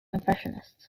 impressionists